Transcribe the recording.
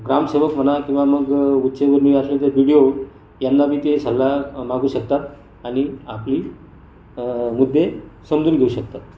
ग्रामसेवक म्हणा किंवा मग उच्चवर्णीय असेल तर बी डी ओ यांनाबी ते सल्ला मागू शकतात आणि आपली मुद्दे समजून घेऊ शकतात